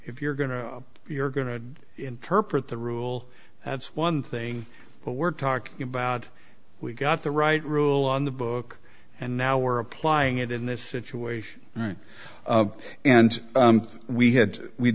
if you're going to you're going to interpret the rule that's one thing but we're talking about we got the right rule on the book and now we're applying it in this situation right now and we had we